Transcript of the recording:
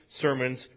sermons